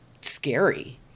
scary